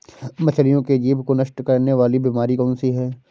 मछलियों के जीभ को नष्ट करने वाली बीमारी कौन सी है?